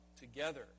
together